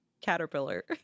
caterpillar